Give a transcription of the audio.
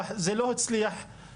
צריך להסתכל על זה בהיקף רחב.